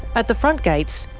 at the front gates,